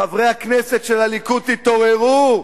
חברי הכנסת של הליכוד: תתעוררו,